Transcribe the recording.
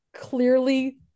clearly